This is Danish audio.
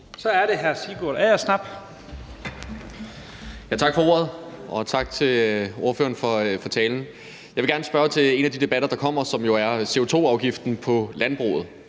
Kl. 16:04 Sigurd Agersnap (SF): Tak for ordet. Og tak til ordføreren for talen. Jeg vil gerne spørge til en af de debatter, der kommer, som jo er om CO2-afgiften på landbruget.